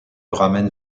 ramènent